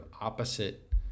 opposite